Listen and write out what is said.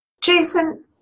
Jason